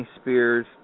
Spears